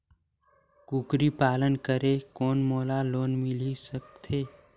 कूकरी पालन करे कौन मोला लोन मिल सकथे?